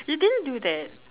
he didn't do that